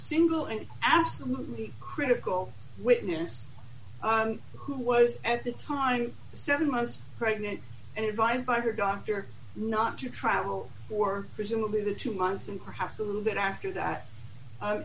single and absolutely critical witness who was at the time seven months pregnant and invited by her doctor not to travel for presumably the two months and perhaps a little bit after that